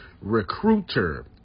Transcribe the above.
Recruiter